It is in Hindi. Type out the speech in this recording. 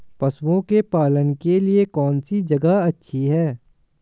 पशुओं के पालन के लिए कौनसी जगह अच्छी है?